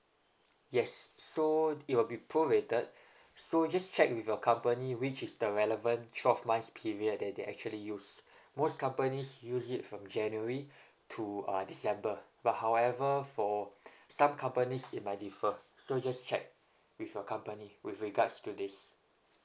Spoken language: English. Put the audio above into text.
yes so it will be prorated so just check with your company which is the relevant twelve months period that they actually use most companies use it from january to uh december but however for some companies it might differ so just check with your company with regards to this